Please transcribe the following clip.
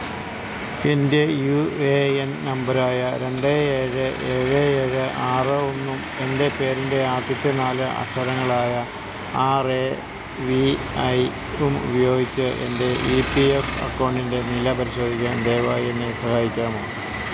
എൻ്റെ U A N നമ്പറായ രണ്ട് ഏഴ് ഏഴ് ഏഴ് ആറ് ഒന്നും എൻ്റെ പേരിൻ്റെ ആദ്യത്തെ നാല് അക്ഷരങ്ങളായ ആർ എ വി ഐ ഉം ഉപയോഗിച്ച് എൻ്റെ ഇ പി എഫ് അക്കൗണ്ടിൻ്റെ നില പരിശോധിക്കാൻ ദയവായി എന്നെ സഹായിക്കാമോ